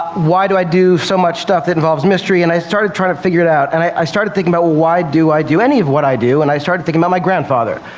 why do i do so much stuff that involves mystery, and i started trying to figure it out. and i started thinking about why do i do any of what i do, and i started thinking about my grandfather.